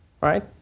right